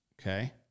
Okay